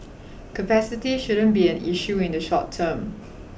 capacity shouldn't be an issue in the short term